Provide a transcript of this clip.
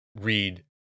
read